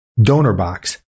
DonorBox